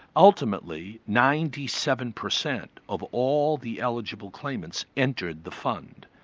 ultimately ninety seven percent of all the eligible claimants entered the fund.